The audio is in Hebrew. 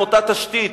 עם אותה תשתית,